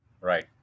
Right